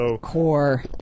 Core